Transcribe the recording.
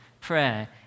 prayer